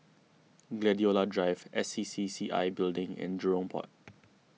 Gladiola Drive S C C C I Building and Jurong Port